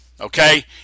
okay